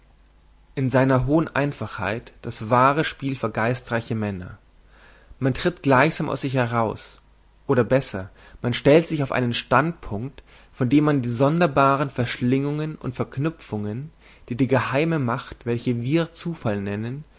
in seiner hohen einfachheit das wahre spiel für geistreiche männer man tritt gleichsam aus sich selbst heraus oder besser man stellt sich auf einen standpunkt von dem man die sonderbaren verschlingungen und verknüpfungen die die geheime macht welche wir zufall nennen